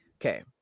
okay